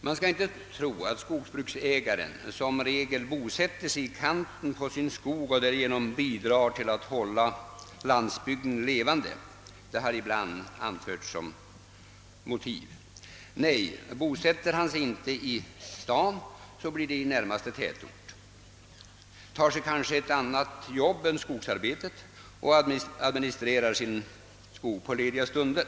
Man skall inte heller tro att skogsbruksägaren som regel bosätter sig i kanten på sin skog och därigenom bidrar till att hålla landsbygden levande. Detta har ibland anförts som motiv. Nej, bosätter han sig inte i sta'n blir det i närmaste tätort. Han kanske tar ett annat jobb än skogsarbete och administrerar sin skog på lediga stunder.